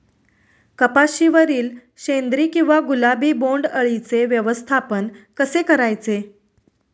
कपाशिवरील शेंदरी किंवा गुलाबी बोंडअळीचे व्यवस्थापन कसे करायचे?